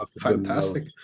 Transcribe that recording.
fantastic